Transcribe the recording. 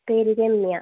പേര് രമ്യ